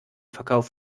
verkauf